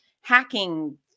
hacking